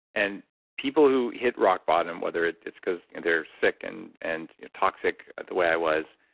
and people who hit rock bottom whether it's it's because they're sick and and you know toxic, the way i was,